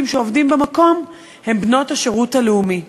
שעובדים במקום הן בנות השירות הלאומי,